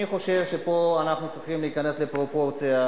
אני חושב שפה אנחנו צריכים להיכנס לפרופורציה,